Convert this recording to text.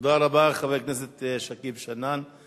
תודה רבה לחבר הכנסת שכיב שנאן.